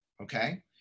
okay